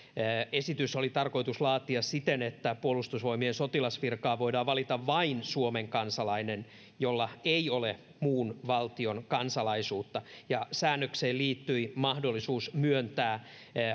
esitys oli tarkoitus laatia siten että puolustusvoimien sotilasvirkaan voidaan valita vain suomen kansalainen jolla ei ole muun valtion kansalaisuutta ja säännökseen liittyi mahdollisuus myöntää